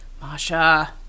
Masha